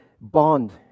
bond